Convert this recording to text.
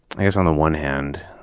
i guess on the one hand,